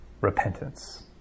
repentance